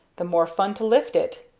the more fun to lift it!